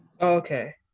okay